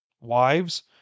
Wives